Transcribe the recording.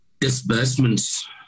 Disbursements